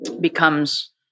becomes